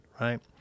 Right